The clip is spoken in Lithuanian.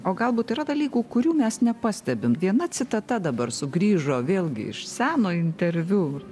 o galbūt yra dalykų kurių mes nepastebim viena citata dabar sugrįžo vėlgi iš seno interviu